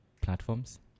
platforms